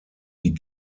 die